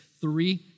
three